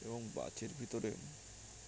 এবং বাসের ভিতরে